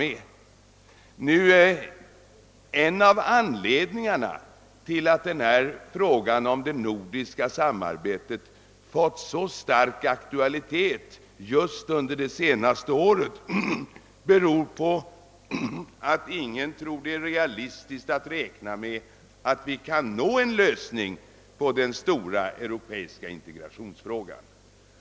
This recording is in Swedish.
En av anledningarna till att frågan om det nordiska samarbetet har fått så stark aktualitet under det senaste året är dock att ingen tror att det är realistiskt att räkna med att vi kan nå en överenskommelse i den stora europeiska integrationsfrågan inom den närmaste framtiden.